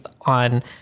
on